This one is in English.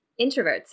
introverts